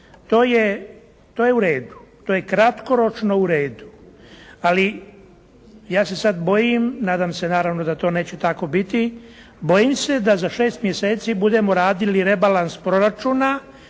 To je u redu. To je kratkoročno u redu, ali ja se sada bojim, nadam se naravno da neće to tako biti, bojim se da za 6 mjeseci budemo radili rebalans proračuna